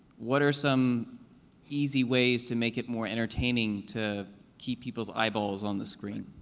what are some easy ways to make it more entertaining to keep people's eyeballs on the screen.